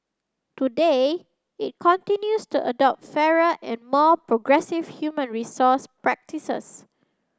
today it continues the adopt fairer and more progressive human resource practices